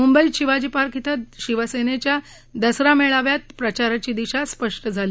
मुंबईत शिवाजी पार्क ििं शिवसेनेच्या दसरा मेळाव्यात प्रचाराची दिशा स्पष्ट झाली